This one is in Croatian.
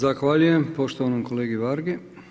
Zahvaljujem poštovanom kolegi Vargi.